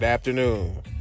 afternoon